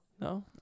no